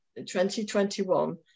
2021